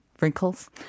Wrinkles